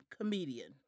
comedian